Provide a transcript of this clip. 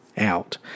Out